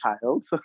child